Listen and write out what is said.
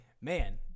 man